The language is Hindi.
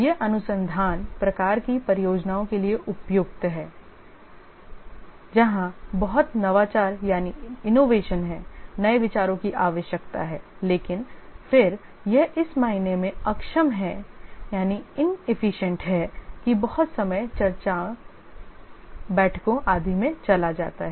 यह अनुसंधान प्रकार की परियोजनाओं के लिए उपयुक्त है जहां बहुत नवाचार यानी है नए विचारों की आवश्यकता है लेकिन फिर यह इस मायने में अक्षम है कि बहुत समय चर्चाओं बैठकों आदि में चला जाता है